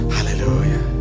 Hallelujah